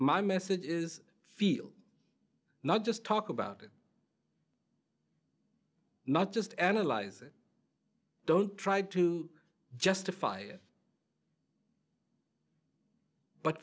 my message is feel not just talk about it not just analyze it don't try to justify it but